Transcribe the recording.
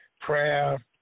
prayer